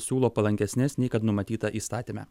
siūlo palankesnes nei kad numatyta įstatyme